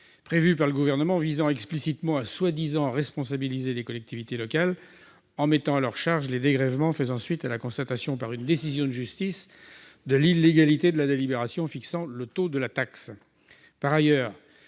prévu par le Gouvernement visant explicitement à prétendument « responsabiliser les collectivités locales » en mettant à leur charge les dégrèvements faisant suite à la constatation par une décision de justice de l'illégalité de la délibération fixant le taux de la taxe.